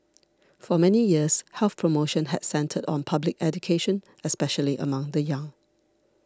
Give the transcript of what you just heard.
for many years health promotion had centred on public education especially among the young